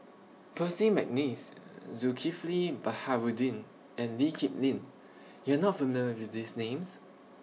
Percy Mcneice Zulkifli Baharudin and Lee Kip Lin YOU Are not familiar with These Names